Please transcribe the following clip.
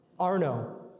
Arno